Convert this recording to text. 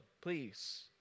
please